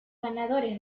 ganadores